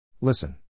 Listen